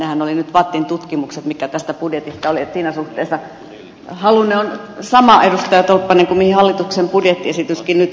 nehän olivat nyt vattin tutkimukset mitkä tästä budjetista olivat että siinä suhteessa halunne on sama edustaja tolppanen kuin mihin hallituksen budjettiesityskin nyt tähtää